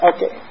Okay